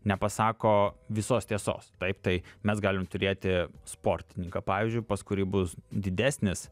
nepasako visos tiesos taip tai mes galim turėti sportininką pavyzdžiui pas kurį bus didesnis